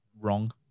wrong